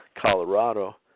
Colorado